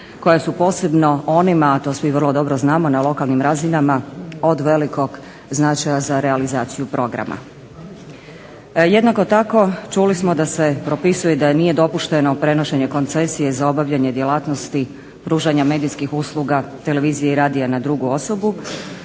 koja su posebno onima, a to svi vrlo dobro znamo na lokalnim razinama, od velikog značaja za realizaciju programa. Jednako tako čuli smo da se propisuje da nije dopušteno prenošenje koncesije za obavljanje djelatnosti pružanja medijskih usluga televizije i radija na drugu osobu